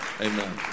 Amen